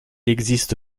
existe